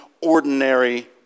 ordinary